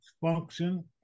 function